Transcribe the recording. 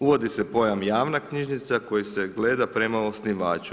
Uvodi se pojam javna knjižnica koja se gleda prema osnivaču.